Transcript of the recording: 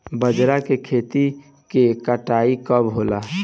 बजरा के खेती के कटाई कब होला?